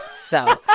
so.